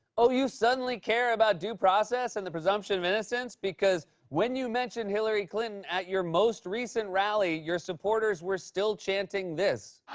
oh, you suddenly care about due process and the presumption of innocence? because when you mention hillary clinton at your most recent rally, your supporters were still chanting this.